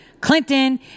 Clinton